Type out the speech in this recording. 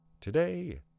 Today